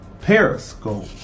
Periscope